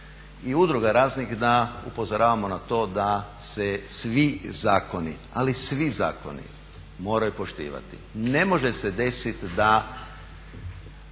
i udruga raznih da upozoravamo na to da se svi zakoni ali svi zakoni moraju poštivati. Ne može se desiti da